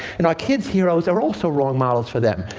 and our kids' heroes are also wrong models for them,